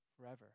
forever